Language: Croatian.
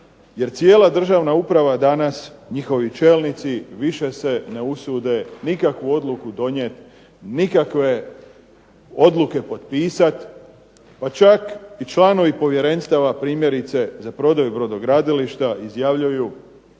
jer cijela državna uprava danas, njihovi čelnici više se ne usude nikakvu odluku donijeti, nikakve odluke potpisati, pa čak i članovi povjerenstava primjerice za prodaju brodogradilišta izjavljuju